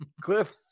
Cliff